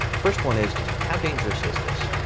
first one is, just how dangerous is this?